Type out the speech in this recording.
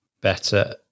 better